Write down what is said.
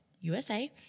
USA